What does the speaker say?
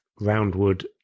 roundwood